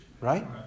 right